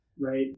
Right